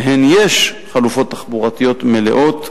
שלהם יש חלופות תחבורתיות מלאות,